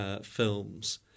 films